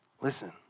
Listen